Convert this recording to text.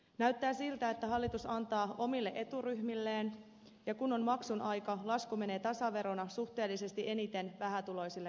näyttää siltä että hallitus antaa omille eturyhmilleen ja kun on maksun aika lasku menee tasaverona suhteellisesti eniten vähätuloisille kansalaisille